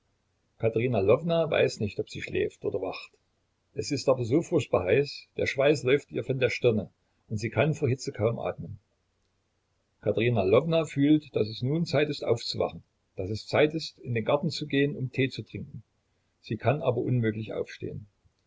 katerina lwowna weiß nicht ob sie schläft oder wacht es ist aber so furchtbar heiß der schweiß läuft ihr von der stirne und sie kann vor hitze kaum atmen katerina lwowna fühlt daß es nun zeit ist aufzuwachen daß es zeit ist in den garten zu gehen um tee zu trinken sie kann aber unmöglich aufstehen